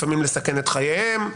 לפעמים לסכן את חייהם,